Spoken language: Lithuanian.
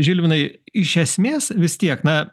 žilvinai iš esmės vis tiek na